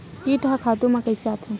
कीट ह खातु म कइसे आथे?